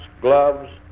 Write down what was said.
gloves